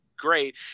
great